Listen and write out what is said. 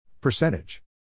Percentage